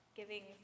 giving